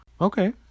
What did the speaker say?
Okay